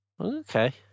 Okay